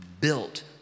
built